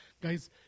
Guys